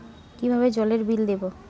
কিভাবে জলের বিল দেবো?